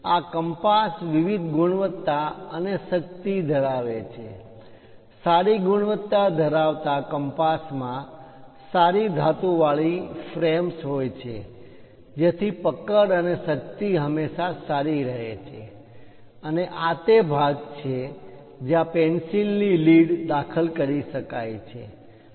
આ કંપાસ વિવિધ ગુણવત્તા અને શક્તિ તાકાત ઘરાવે છે સારી ગુણવત્તા ધરાવતા કપાસમાં સારી ધાતુ વાળી ફ્રેમ્સ હોય છે જેથી પકડ અને શક્તિ હંમેશા સારી રહે અને આ તે ભાગ છે જ્યાં પેન્સિલ ની લીડ દાખલ કરી શકાય છે